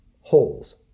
holes